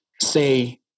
say